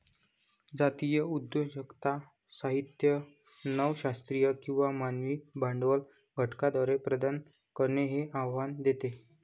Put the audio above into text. जातीय उद्योजकता साहित्य नव शास्त्रीय किंवा मानवी भांडवल घटकांद्वारे प्रदान करणे हे आव्हान देते